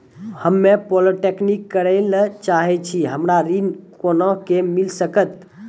हम्मे पॉलीटेक्निक करे ला चाहे छी हमरा ऋण कोना के मिल सकत?